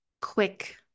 quick